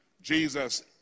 Jesus